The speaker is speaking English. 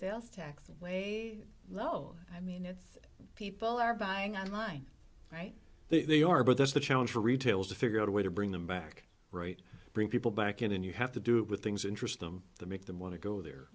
sales tax way low i mean if people are buying on line right they are but there's the challenge for retailers to figure out a way to bring them back right bring people back in and you have to do it with things interest them to make them want to go there